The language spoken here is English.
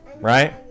right